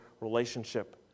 relationship